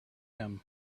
him